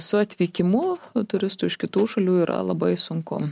su atvykimu turistų iš kitų šalių yra labai sunku